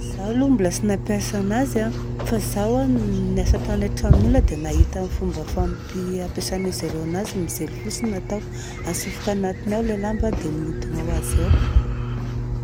Izaho aloha mbola tsy nampiasa anazy an. Fa zaho niasa tany atranon'olona dia nahita fomba fampiasan'izy ireo anazy. Mijery fotsiny nataoko. Atsofoka anatiny ao ilay lamba dia miodogna ho azy ao.